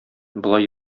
болай